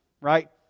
right